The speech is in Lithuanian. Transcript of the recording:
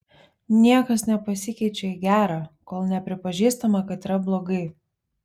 niekas nepasikeičia į gerą kol nepripažįstama kad yra blogai